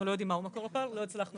אנחנו לא יודעים מהו מקור הפער, לא הצלחנו